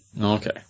Okay